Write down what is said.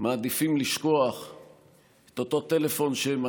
מעדיפים לשכוח את אותו טלפון שהם